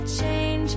change